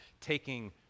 taking